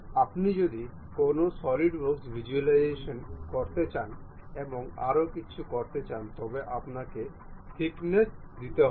আপনি যদি কোনও সলিড ভিজুয়ালিজেশন করতে চান এবং আরও কিছু করতে চান তবে আপনাকে থিকনেস দিতে হবে